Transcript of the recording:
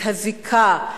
את הזיקה,